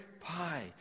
pie